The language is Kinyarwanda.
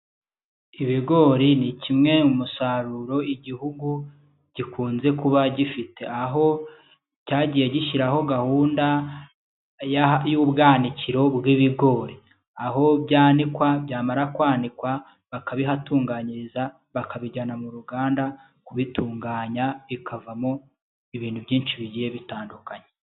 Ibigori ni kimwe mu musaruro igihugu gikunze kuba gifite. Aho cyagiye gishyiraho gahunda y'ubwanikiro bw'ibigori. Aho byanikwa byamara kwanikwa bakabihatunganyiriza, bakabijyana mu ruganda kubitunganya, bikavamo ibintu byinshi bigiye bitandukanye.